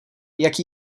jak